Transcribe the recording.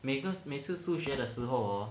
每个每次数学的时候 hor